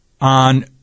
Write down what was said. on